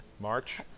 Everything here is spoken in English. March